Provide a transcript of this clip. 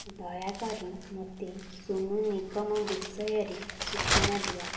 ଦୟାକରି ମୋତେ ସୋନୁ ନିଗମ ବିଷୟରେ ସୂଚନା ଦିଅ